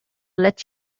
let